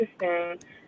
Interesting